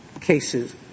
cases